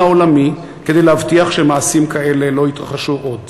העולמי כדי להבטיח שמעשים כאלה לא יתרחשו עוד.